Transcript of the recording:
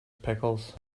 pickles